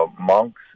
monks